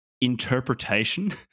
interpretation